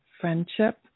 friendship